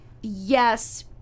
Yes